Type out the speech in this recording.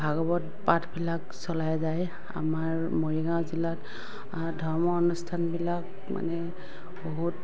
ভাগৱত পাঠবিলাক চলাই যায় আমাৰ মৰিগাঁও জিলাত ধৰ্ম অনুষ্ঠানবিলাক মানে বহুত